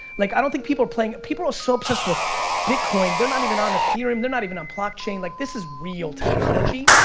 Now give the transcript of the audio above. like i don't think people are playing, people are so obsessed with bitcoin, they're not even on the theorem, they're not even on blockchain, like this is real technology.